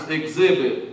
exhibit